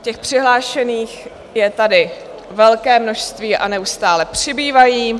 Těch přihlášených je tady velké množství a neustále přibývají.